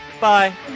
Bye